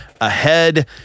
ahead